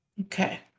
Okay